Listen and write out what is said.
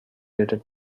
rated